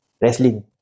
wrestling